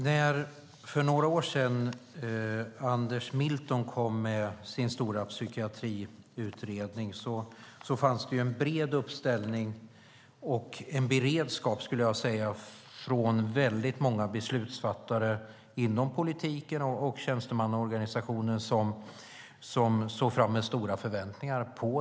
Herr talman! När Anders Milton för några år sedan kom med sin stora psykiatriutredning var det en bred uppslutning och beredskap från väldigt många beslutsfattare inom politiken och tjänstemannaorganisationen som hade sett fram emot den med stora förväntningar.